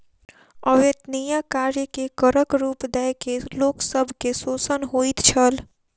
अवेत्निया कार्य के करक रूप दय के लोक सब के शोषण होइत छल